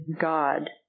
God